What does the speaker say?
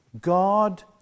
God